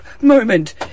moment